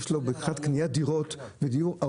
יש לו מבחינת קניית דירות ודיור,